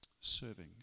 serving